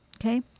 Okay